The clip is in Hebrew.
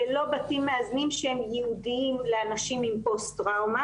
אלה לא בתים מאזנים שהם ייעודיים לאנשים עם פוסט-טראומה.